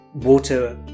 water